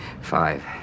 Five